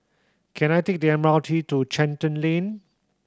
can I take the M R T to Charlton Lane